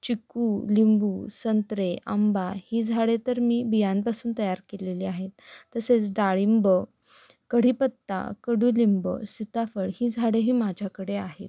चिक्कू लिंबू संत्रे आंबा ही झाडे तर मी बियांपासून तयार केलेली आहेत तसेच डाळिंब कढीपत्ता कडुलिंब सीताफळ ही झाडेही माझ्याकडे आहेत